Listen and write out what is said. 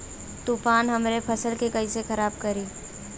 तूफान हमरे फसल के कइसे खराब करी?